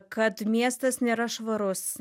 kad miestas nėra švarus